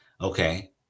Okay